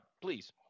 please